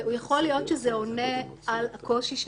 ויכול להיות שזה עונה על הקושי שלכם.